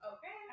Okay